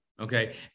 Okay